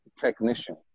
technician